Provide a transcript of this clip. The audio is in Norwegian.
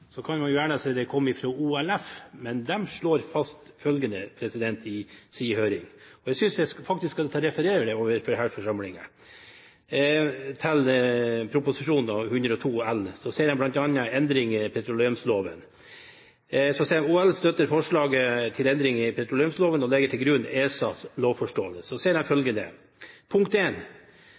Så kan man gjerne si det kom fra OLF, men de slår fast følgende i sin høring om Prop. 102 L, endringer i petroleumsloven, og jeg skal referere det overfor denne forsamlingen: OLF støtter forslaget til endring i petroleumsloven og legger til grunn ESAs lovforståelse. Så sier de følgende: